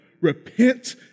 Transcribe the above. Repent